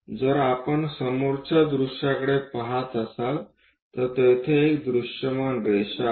जर आपण समोरच्या दृश्याकडे पहात असाल तर तेथे एक दृश्यमान रेषा आहे